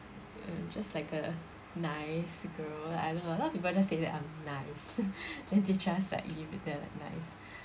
uh just like a nice girl I don't know a lot of people just say that I'm nice then they just like leave it there like nice